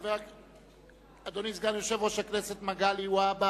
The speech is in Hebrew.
חוק בית העצמאות,